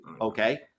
Okay